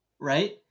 right